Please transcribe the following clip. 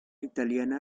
italiana